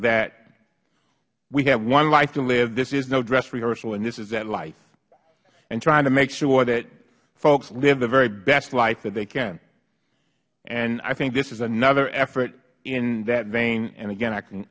that we have one life to live this is no dress rehearsal and this is that life and trying to make sure that folks live the very best life that they can and i think this is another effort in that vein and again i